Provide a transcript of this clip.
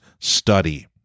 study